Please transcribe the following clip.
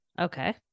Okay